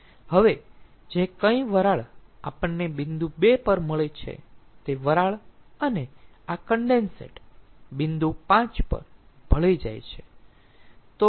હવે જે કંઇ વરાળ આપણને બિંદુ 2 પર મળી છે તે વરાળ અને આ કન્ડેન્સેટ બિંદુ 5 પર ભળી જાય છે